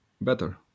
better